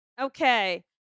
Okay